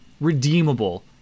redeemable